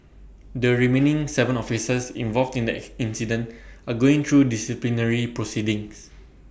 the remaining Seven officers involved in the incident are going through disciplinary proceedings